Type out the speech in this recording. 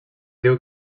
diu